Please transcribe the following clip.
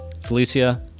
Felicia